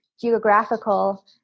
geographical